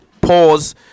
pause